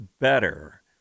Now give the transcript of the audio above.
better